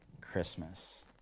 Christmas